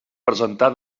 presentar